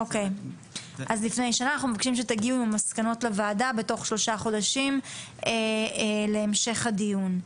אנחנו מבקשים שתגיעו עם מסקנות לוועדה בתוך שלושה חודשים להמשך הדיון.